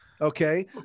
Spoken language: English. Okay